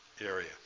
area